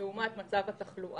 מול מצב התחלואה,